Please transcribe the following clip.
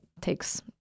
takes